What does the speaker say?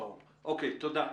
תודה.